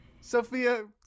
Sophia